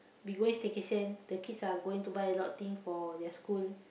we going staycation the kids are going to buy a lot of things for their school